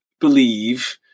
believe